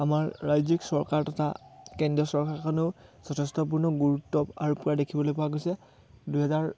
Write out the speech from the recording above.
আমাৰ ৰাজ্যিক চৰকাৰ তথা কেন্দ্ৰীয় চৰকাৰখনেও যথেষ্টপূৰ্ণ গুৰুত্ব আৰোপ কৰা দেখিবলৈ পোৱা গৈছে দুহেজাৰ